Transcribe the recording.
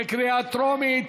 בקריאה טרומית.